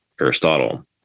Aristotle